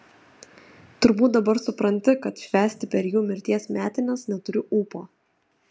turbūt dabar supranti kad švęsti per jų mirties metines neturiu ūpo